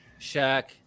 Shaq